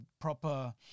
proper